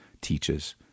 teaches